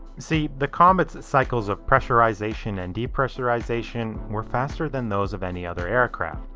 see, the comets cycles of pressurization and depressurization were faster than those of any other aircraft.